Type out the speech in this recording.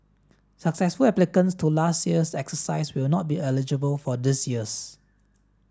successful applicants to last year's exercise will not be eligible for this year's